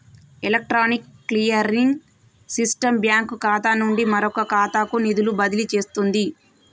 electronic clearing system bank ఖాతా నుండి మరొక ఖాతాకు నిధులు బదిలీ చేస్తుంది